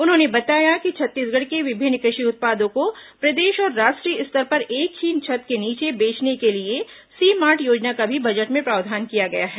उन्होंने बताया कि छत्तीसगढ़ के विभिन्न कृषि उत्पादों को प्रदेश और राष्ट्रीय स्तर पर एक ही छत के नीचे बेचने के लिए सी मार्ट योजना का भी बजट में प्रावधान किया गया है